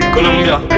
Colombia